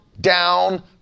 down